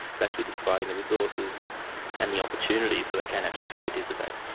it's actually just providing the resources and the opportunity so they can actually just participate.